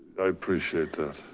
i appreciate that.